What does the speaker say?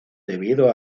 debido